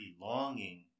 longing